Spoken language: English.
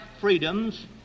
freedoms